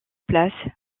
place